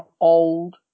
old